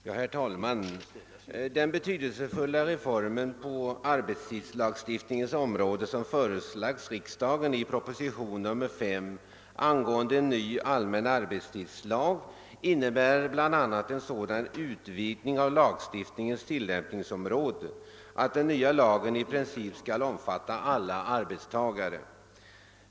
Herr talman! Den betydelsefulla reform på arbetstidslagstiftningens område, varom förslag förelagts riksdagen i propositionen 5 angående en ny allmän arbetstidslag, innebär bl.a. en sådan utvidgning av lagstiftningens tilllämpningsområde, att den nya lagen i princip skall omfatta alla arbetstagare.